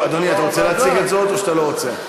אדוני, אתה רוצה להציג את זה או שאתה לא רוצה?